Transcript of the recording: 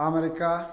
Japan